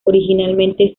originalmente